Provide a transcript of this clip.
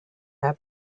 have